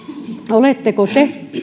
oletteko te